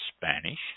Spanish